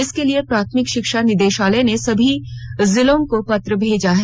इसके लिए प्राथमिक शिक्षा निदेशालय ने सभी जिलों को पत्र भेजा है